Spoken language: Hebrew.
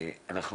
אנחנו